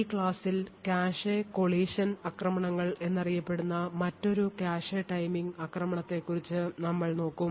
ഈ ക്ലാസ്സിൽ cache collision ആക്രമണങ്ങൾ എന്നറിയപ്പെടുന്ന മറ്റൊരു കാഷെ ടൈമിംഗ് ആക്രമണത്തെക്കുറിച്ച് നമ്മൾ നോക്കും